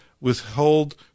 withhold